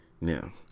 Now